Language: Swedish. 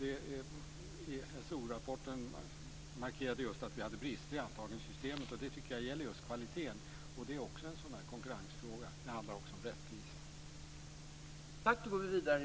I ESO-rapporten markeras just brister i antagningssystemet. Det gäller just kvaliteten. Det är en konkurrensfråga, men det handlar också om rättvisa.